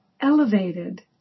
elevated